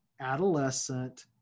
adolescent